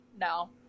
No